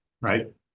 right